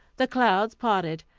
the clouds parted,